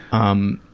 um,